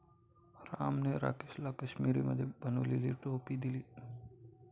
रामने राकेशला काश्मिरीमध्ये बनवलेली टोपी दिली